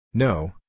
No